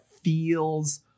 feels